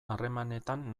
harremanetan